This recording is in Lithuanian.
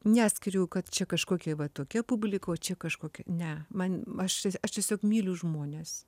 neskiriu kad čia kažkokia va tokia publika o čia kažkokia ne man aš aš tiesiog myliu žmones